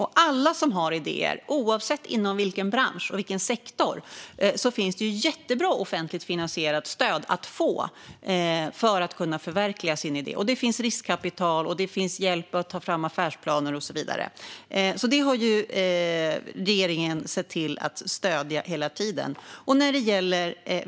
För alla som har idéer, oavsett bransch och sektor, finns det jättebra offentligt finansierat stöd att få för att kunna förverkliga sin idé. Det finns riskkapital, hjälp att ta fram affärsplaner och så vidare. Detta har regeringen sett till att stödja hela tiden.